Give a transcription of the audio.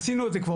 עשינו את זה כבר